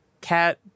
Cat